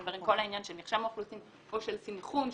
כל העניין של מרשם האוכלוסין או של סנכרון,